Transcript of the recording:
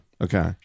Okay